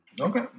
Okay